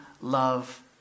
love